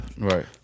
Right